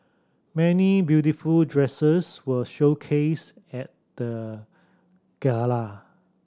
many beautiful dresses were showcased at the gala